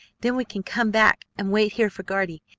then we can come back and wait here for guardy.